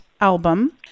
album